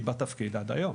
היא בתפקיד עד היום.